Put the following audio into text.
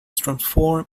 transformed